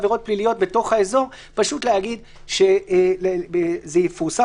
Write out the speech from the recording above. להטיל עבירות פליליות בתוך האזור אלא פשוט להגיד שזה יפורסם